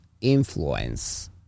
influence